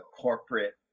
corporate